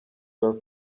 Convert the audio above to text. were